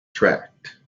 tract